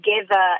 together